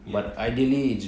ya